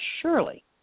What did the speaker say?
surely